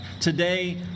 Today